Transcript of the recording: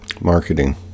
marketing